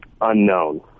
unknown